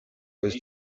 was